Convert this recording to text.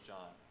John